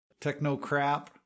Technocrap